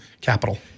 capital